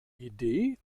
idee